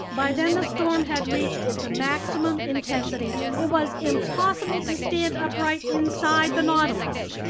by then the storm had reached its maximum intensity. it was impossible to stand upright inside the nautilus.